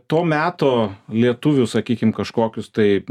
to meto lietuvių sakykim kažkokius tai